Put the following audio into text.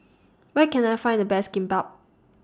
Where Can I Find The Best Kimbap